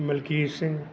Malkit Singh